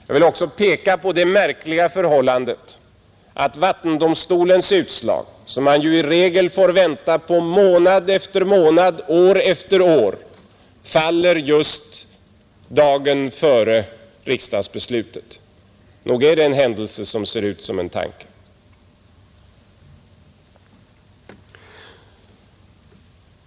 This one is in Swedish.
Jag vill också peka på det märkliga förhållandet att vattendomstolens utslag, som man ju i regel får vänta på månad efter månad och år efter år, faller just dagen före riksdagens beslut. Nog är det en händelse som ser ut som en tanke.